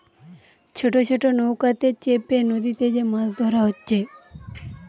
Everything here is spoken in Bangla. ছোট ছোট নৌকাতে চেপে নদীতে যে মাছ ধোরা হচ্ছে